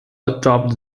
adopt